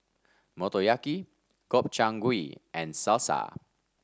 Motoyaki Gobchang Gui and Salsa